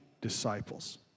disciples